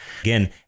Again